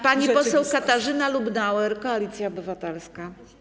Pani poseł Katarzyna Lubnauer, Koalicja Obywatelska.